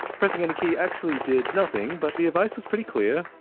pressing any key actually did nothing, but the advice was pretty clear.